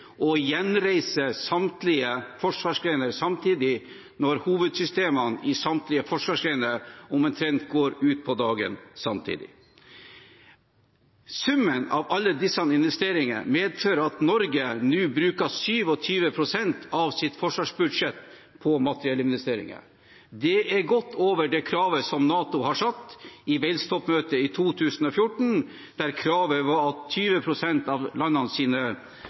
gjenreise samtlige forsvarsgrener samtidig når hovedsystemene i samtlige forsvarsgrener omtrent går ut på dagen samtidig. Summen av alle disse investeringene medfører at Norge nå bruker 27 pst. av sitt forsvarsbudsjett på materiellinvesteringer. Det er godt over det kravet som NATO stilte i Wales-toppmøtet i 2014, der kravet var at 20 pst. av